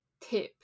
tip